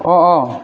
অঁ অঁ